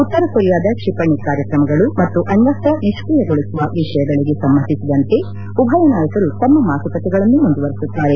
ಉತ್ತರ ಕೊರಿಯಾದ ಕ್ಷಿಪಣಿ ಕಾರ್ಯಕ್ರಮಗಳು ಮತ್ತು ಅಣ್ಣಸ್ತ ನಿಷ್ಕಿಯಗೊಳಿಸುವ ವಿಷಯಗಳಿಗೆ ಸಂಬಂಧಿಸಿದಂತೆ ಉಭಯ ನಾಯಕರು ತಮ್ಮ ಮಾತುಕತೆಗಳನ್ನು ಮುಂದುವರೆಸುತ್ತಾರೆ